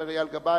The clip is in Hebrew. אומר אייל גבאי,